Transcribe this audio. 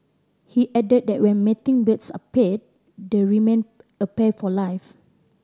he added that when mating birds are paired they remain a pair for life